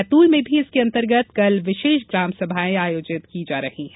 बैतूल में भी इसके अंतर्गत कल विशेष ग्रामसभायें आयोजित की जा रही है